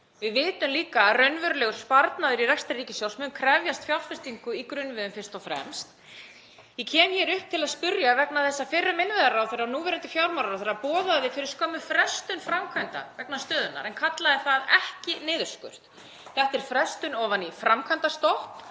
Við vitum líka að raunverulegur sparnaður í rekstri ríkissjóðs mun krefjast fjárfestingar í grunninnviðum fyrst og fremst. Ég kem hér upp til að spyrja vegna þess að fyrrum innviðaráðherra og núverandi fjármálaráðherra boðaði fyrir skömmu frestun framkvæmda vegna stöðunnar en kallaði það ekki niðurskurð. Þetta er frestun ofan í framkvæmdastopp